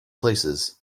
places